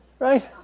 Right